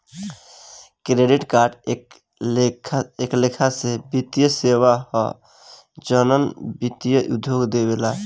credit card एक लेखा से वित्तीय सेवा ह जवन वित्तीय उद्योग देवेला